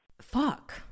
Fuck